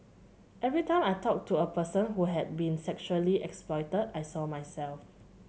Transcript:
every time I talked to a person who had been sexually exploited I saw myself